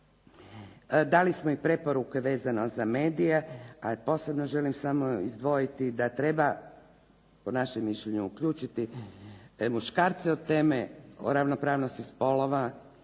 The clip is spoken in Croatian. Dali smo i preporuke vezano za medije a posebno želim samo izdvojiti da treba po našem mišljenju uključiti muškarce u teme o ravnopravnosti spolova